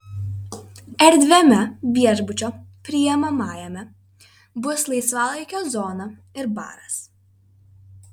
erdviame viešbučio priimamajame bus laisvalaikio zona ir baras